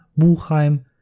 Buchheim